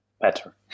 better